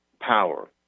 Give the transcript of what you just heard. Power